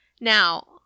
Now